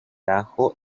ajo